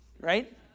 right